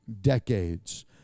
decades